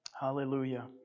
Hallelujah